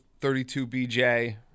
32BJ